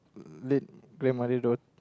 late grandmother daughter